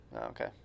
okay